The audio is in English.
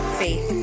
faith